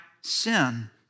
sin